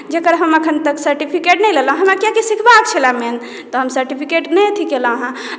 जकर हम एखन तक सर्टिफिकेट नहि लेलहुँ हेँ हमरा कियाकि सिखबाक छले मेन तऽ हम सर्टिफिकेट नहि अथी केलहुँ हेँ